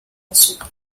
osób